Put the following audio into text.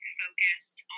focused